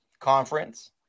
conference